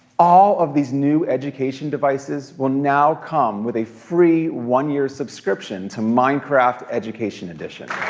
all of these new education devices will now come with a free one-year subscription to minecraft education edition.